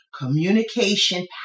communication